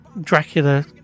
...Dracula